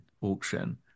auction